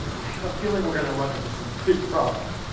i have a feeling we're going to run into some big problems.